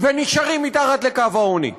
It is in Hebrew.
ונשארים מתחת לקו העוני.